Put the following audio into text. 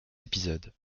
épisodes